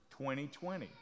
2020